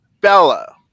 Bella